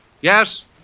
Yes